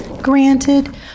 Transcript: Granted